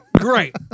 Great